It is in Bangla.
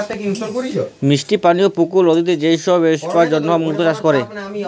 মিষ্টি পালির পুকুর, লদিতে যে সব বেপসার জনহ মুক্তা চাষ ক্যরে